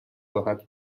راحت